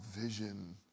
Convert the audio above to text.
vision